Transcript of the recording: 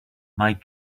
might